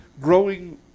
growing